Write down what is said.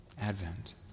Advent